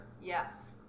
yes